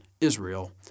Israel